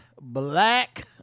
black